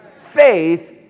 Faith